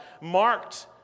marked